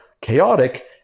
chaotic